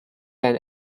than